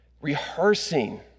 rehearsing